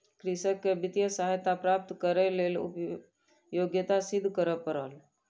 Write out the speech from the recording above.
कृषक के वित्तीय सहायता प्राप्त करैक लेल योग्यता सिद्ध करअ पड़ल